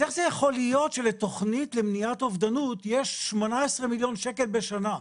אז איך זה יכול להיות שלתוכנית למניעת אובדנות יש 18 מיליון שקל בשנה?